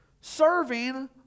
serving